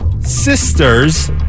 sister's